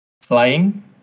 flying